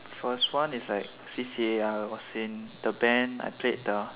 first one is like C_C_A I was in the band I played the